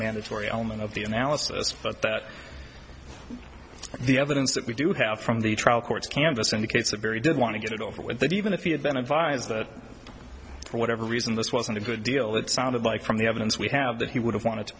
mandatory element of the analysis but that the evidence that we do have from the trial courts canvass indicates a very did want to get it over with that even if he had been advised that for whatever reason this wasn't a good deal it sounded like from the evidence we have that he would have wanted to